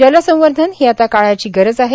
जल संवर्धन ही आता काळाची गरज आहे